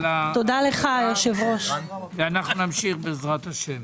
נמשיך בעז"ה.